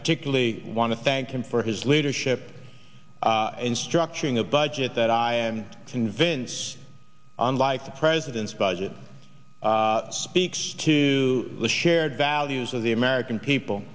particularly want to thank him for his leadership in structuring a budget that i and convince on life the president's budget speaks to the shared values of the american people